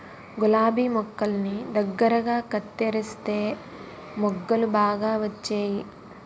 గులాబి మొక్కల్ని దగ్గరగా కత్తెరిస్తే మొగ్గలు బాగా వచ్చేయి